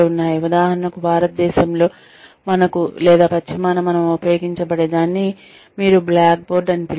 ఉదాహరణకు భారతదేశంలో మనకు లేదా పశ్చిమాన మనము ఉపయోగించబడే దాన్ని మీరు బ్లాక్ బోర్డ్ అని పిలుస్తారు